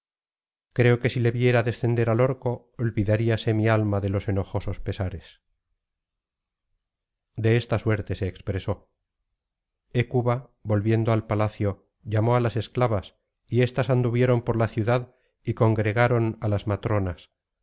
creo que si le viera descender al orco olvidaríase mi alma de los enojosos pesares de esta suerte se expresó hécuba volviendo al palacio llamó á las esclavas y éstas anduvieron por la ciudad y congregaron á las matronas